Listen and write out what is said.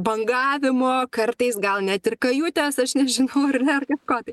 bangavimo kartais gal net ir kajutės aš nežinau ar ne ar kažko tai